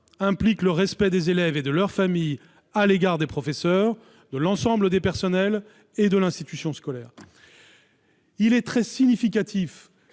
implique le respect des élèves et de leur famille à l'égard des professeurs, de l'ensemble des personnels et de l'institution scolaire. » Le fait